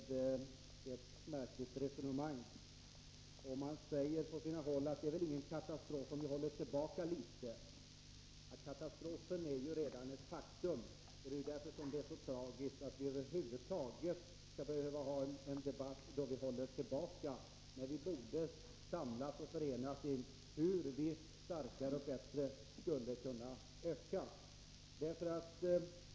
Det sägs på sina håll att det väl inte är någon katastrof om vi håller tillbaka litet, men katastrofen är redan ett faktum. Det är därför som det är så tragiskt att vi över huvud taget skall behöva ha en debatt om att hålla tillbaka, då vi borde förenas i en diskussion om hur vi skall öka biståndet och göra det starkare och bättre.